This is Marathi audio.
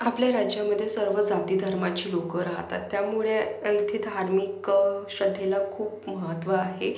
आपल्या राज्यामध्ये सर्व जाती धर्माची लोक राहतात त्यामुळे इथे धार्मिक श्रद्धेला खूप महत्त्व आहे